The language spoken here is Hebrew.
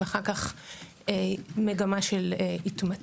ואחר כך מגמה של התמתנות.